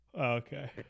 Okay